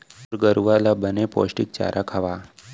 तोर गरूवा ल बने पोस्टिक चारा खवा